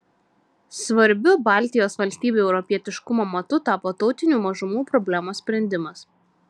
svarbiu baltijos valstybių europietiškumo matu tapo tautinių mažumų problemos sprendimas